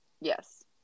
yes